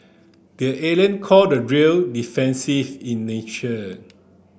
the call the drill defensive in nature